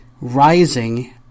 rising